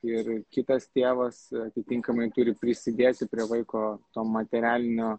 ir kitas tėvas atitinkamai turi prisidėti prie vaiko to materialinio